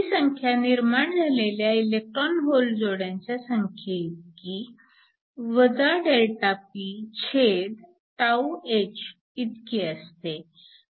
ही संख्या निर्माण झालेल्या इलेक्ट्रॉन होल जोड्यांच्या संख्येइतकी ΔPh इतकी असते